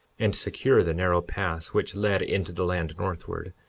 and secure the narrow pass which led into the land northward,